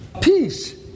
Peace